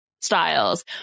styles